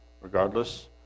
regardless